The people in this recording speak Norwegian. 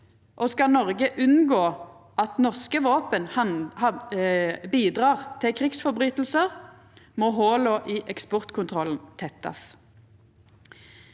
skal Noreg unngå at norske våpen bidreg til krigsbrotsverk, må hòla i eksportkontrollen tettast.